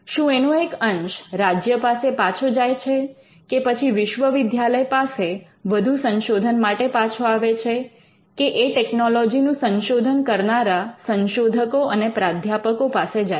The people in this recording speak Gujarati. શું એનો એક અંશ રાજ્ય પાસે પાછો જાય છે કે પછી વિશ્વવિદ્યાલય પાસે વધુ સંશોધન માટે પાછો આવે છે કે એ ટેકનોલોજીનું સંશોધન કરનારા સંશોધકો અને પ્રાધ્યાપકો પાસે જાય છે